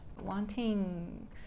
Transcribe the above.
Wanting